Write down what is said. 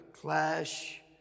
Clash